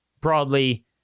broadly